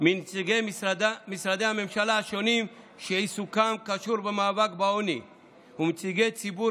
מנציגי משרדי הממשלה השונים שעיסוקם קשור במאבק בעוני ונציגי ציבור